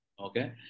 Okay